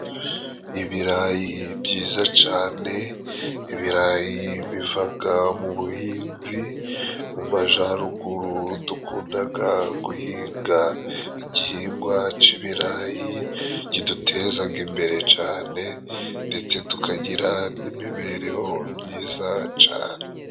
Ibirayi byiza cane. Ibirayi bivaga mu buhinzi. Mu majaruguru dukundaga guhinga igihingwa c'ibirayi, kidutezaga imbere cane ndetse tukagira n'imibereho myiza cane.